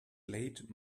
late